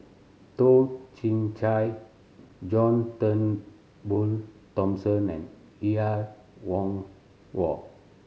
Toh Chin Chye John Turnbull Thomson and Er Kwong Wah